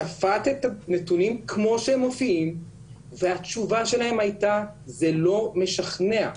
שפט את הנתונים כמו שהם מופיעים והתשובה שלהם הייתה זה לא משכנע.